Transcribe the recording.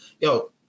Yo